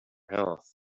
health